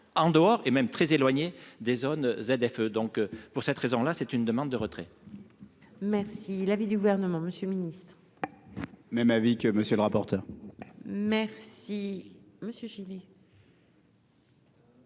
en dehors, et même très éloignés des zones ZFE donc pour cette raison-là, c'est une demande de retrait. Merci l'avis du gouvernement Monsieur Ministre. Même avis que monsieur le rapporteur. Merci monsieur Schily.